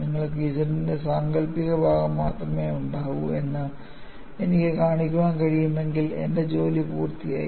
നിങ്ങൾക്ക് Z ന്റെ സാങ്കൽപ്പിക ഭാഗം മാത്രമേ ഉണ്ടാകൂ എന്ന് എനിക്ക് കാണിക്കാൻ കഴിയുമെങ്കിൽ എന്റെ ജോലി പൂർത്തിയായി